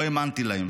לא האמנתי להם.